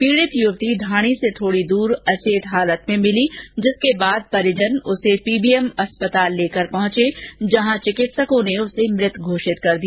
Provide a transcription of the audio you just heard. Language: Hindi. पीड़ित युवती ढाणी से थोड़ी दूर अचेत हालत में मिली जिसके बाद परिजन उसे पीबीएम अस्पताल लेकर पहुंचे जहां चिकित्सकों ने उसे मृत घोषित कर दिया